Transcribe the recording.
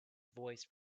voice